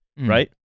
right